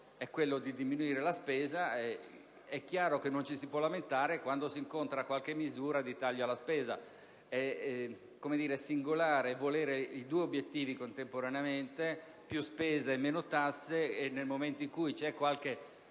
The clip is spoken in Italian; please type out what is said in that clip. è la diminuzione della spesa, è chiaro che non ci si può lamentare quando si incontra qualche misura di tagli alla spesa. È singolare volere i due obiettivi contemporaneamente (più spese e meno tasse) e che poi, nel momento in cui vi è qualche,